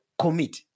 commit